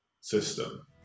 system